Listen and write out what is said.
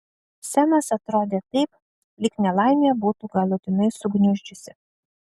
semas atrodė taip lyg nelaimė būtų galutinai sugniuždžiusi